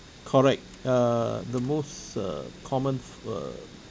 correct err the most uh common f~ err